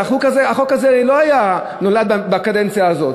החוק הזה לא היה נולד בקדנציה הזאת,